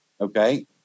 Okay